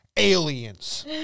Aliens